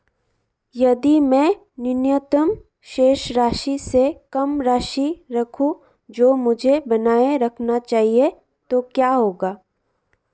यदि मैं न्यूनतम शेष राशि से कम राशि रखूं जो मुझे बनाए रखना चाहिए तो क्या होगा?